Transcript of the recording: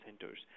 centers